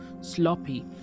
sloppy